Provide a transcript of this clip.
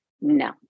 No